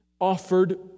offered